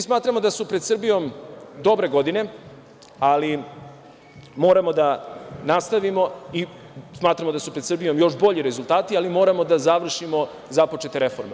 Smatramo da su pred Srbijom dobre godine, ali moramo da nastavimo i smatramo da su pred Srbijom još bolji rezultati, ali moramo da završimo započete reforme.